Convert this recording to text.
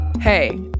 Hey